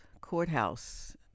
courthouse